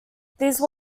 these